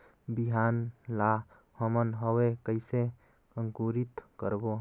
बिहान ला हमन हवे कइसे अंकुरित करबो?